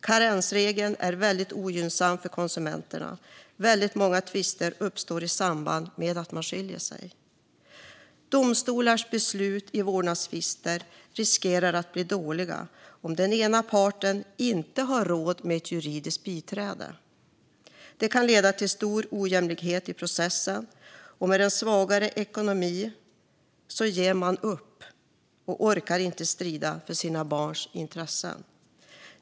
Karensregeln är väldigt ogynnsam för konsumenterna. Väldigt många tvister uppstår i samband med att man skiljer sig. Domstolars beslut i vårdnadstvister riskerar att bli dåliga om den ena parten inte har råd med ett juridiskt biträde. Det kan leda till stor ojämlikhet i processen, och den med svagare ekonomi ger upp och orkar inte strida för sina barns intressen.